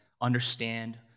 understand